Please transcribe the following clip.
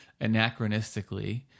anachronistically